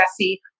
Jesse